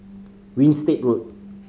Winstedt Road